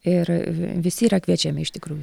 ir visi yra kviečiami iš tikrųjų